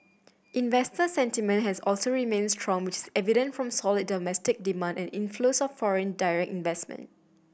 investor sentiment has also remained strong which evident from solid domestic demand and inflows of foreign direct investment